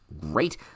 great